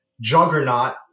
juggernaut